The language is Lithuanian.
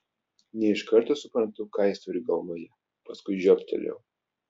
ne iš karto suprantu ką jis turi galvoje paskui žioptelėjau